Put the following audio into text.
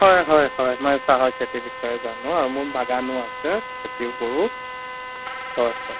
হয় হয় হয় মই চাহৰ খেতিৰ বিষয়ে জানো আৰু মোৰ বাগানো আছে খেতিও কৰোঁ হয় হয়